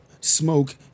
smoke